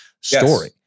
story